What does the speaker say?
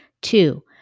Two